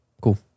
Cool